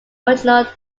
original